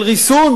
של ריסון,